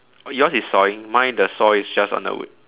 yours is sawing mine the saw is just on the wood